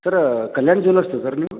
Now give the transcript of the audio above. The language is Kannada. ಸರ್ರ ಕಲ್ಯಾಣ್ ಜ್ಯೂವೆಲರ್ಸಾ ಸರ್ ನೀವು